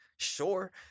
sure